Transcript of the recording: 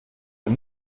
dem